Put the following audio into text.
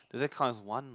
does that count as one